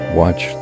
watch